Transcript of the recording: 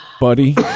buddy